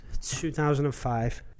2005